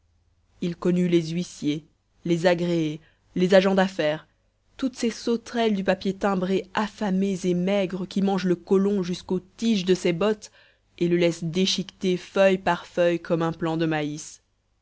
il connut les huissiers les agréés les agents d'affaires toutes ces sauterelles du papier timbré affamées et maigres qui mangent le colon jusqu'aux tiges de ses bottes et le laissent déchiqueté feuille par feuille comme un plant de maïs